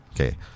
Okay